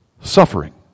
suffering